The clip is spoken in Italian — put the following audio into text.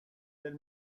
del